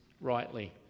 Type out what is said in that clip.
rightly